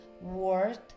worth